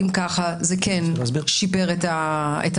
אם ככה זה כן שיפר את המצב,